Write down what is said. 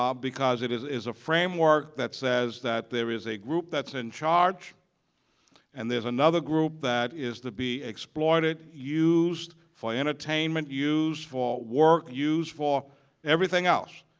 ah because it is is a framework that says that there is a group that's in charge and there's another group that is to be exploited, used for entertainment, used for work, used for everything else,